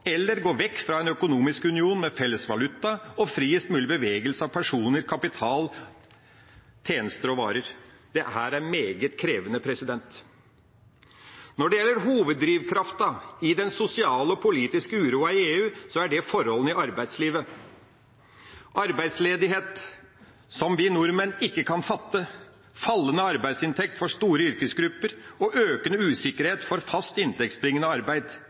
eller den må gå vekk fra en økonomisk union, med felles valuta og friest mulig bevegelse av personer, kapital, tjenester og varer. Dette er meget krevende. Når det gjelder hoveddrivkraften i den sosiale og politiske uroen i EU, er det forholdene i arbeidslivet: en arbeidsledighet som vi nordmenn ikke kan fatte, fallende arbeidsinntekt for store yrkesgrupper og økende usikkerhet for fast inntektsbringende arbeid.